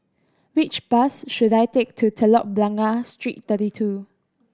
which bus should I take to Telok Blangah Street Thirty Two